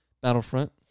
Battlefront